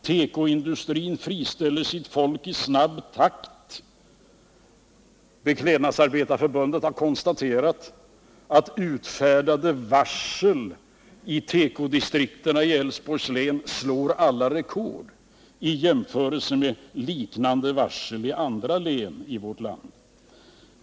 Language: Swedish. Tekoindustrin friställer sitt folk i snabb takt. Beklädnadsarbetarnas förbund har konstaterat att utfärdade varsel i tekodistrikten i Älvsborgs län slår alla rekord i jämförelse med liknande varsel i andra län i vårt land.